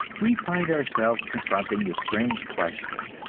we find ourselves confronting the strange question